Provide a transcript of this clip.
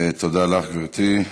תודה לך, גברתי.